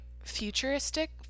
Futuristic